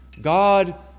God